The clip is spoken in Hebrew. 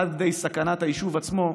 עד כדי סכנת היישוב עצמו,